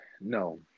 no